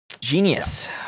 Genius